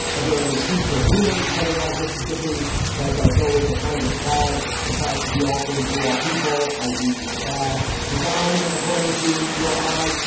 are there any hints or rumors coming out of mississippi that they'll go with the kind of flag that tries to be all things to all people, i e. a bad design according to your eye,